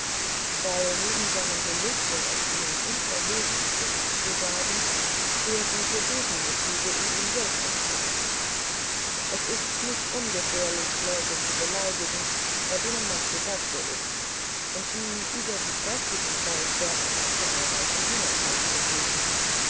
weil neben seinem gelüste es ihnen unverhüllt ins gesicht zu sagen sehr gute gegenmotive in ihm wirksam sind es ist nicht ungefährlich leute zu beleidigen bei denen man zu gaste ist und die über die kräftigen fäuste einer zahlreichen dienerschaft verfügen